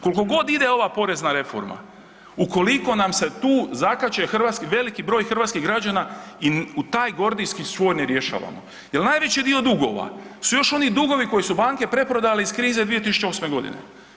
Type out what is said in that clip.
Koliko god ide ova porezna reforma ukoliko nam se tu zakače hrvatski, veliki broj hrvatskih građana i u taj gordijski čvor ne rješavamo jer najveći dio dugova su još oni dugovi koje su banke preprodali iz krize 2008. godine.